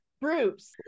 bruce